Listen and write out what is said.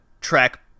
track